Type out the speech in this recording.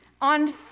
on